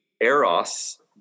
eros